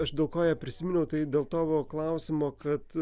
aš dėl ko ją prisiminiau tai dėl tavo klausimo kad